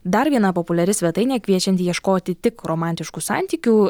dar viena populiari svetainė kviečianti ieškoti tik romantiškų santykių